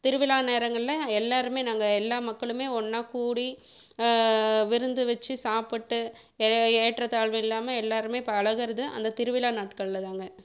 திருவிழா நேரங்களில் எல்லாேருமே நாங்கள் எல்லா மக்களுமே ஒன்றா கூடி விருந்து வச்சு சாப்பிட்டு எ ஏற்றத்தாழ்வு இல்லாமல் எல்லாேருமே பழகுறது அந்த திருவிழா நாட்களில்தாங்க